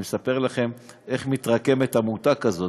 אני מספר לכם איך מתרקמת עמותה כזאת,